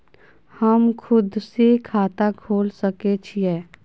हम खुद से खाता खोल सके छीयै?